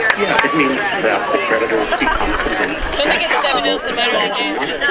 yeah it means that the creditors become convinced that half a loaf is better than none.